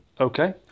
okay